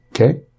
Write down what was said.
Okay